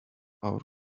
our